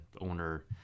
owner